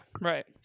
Right